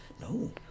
No